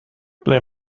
ble